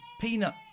Peanut